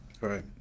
Right